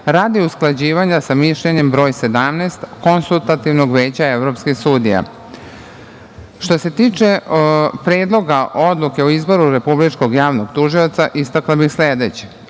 radi usklađivanja sa mišljenjem broj 17 Konsultativnog veća evropskih sudija. Što se tiče Predloga odluke o izboru Republičkog javnog tužioca, istakla bih sledeće.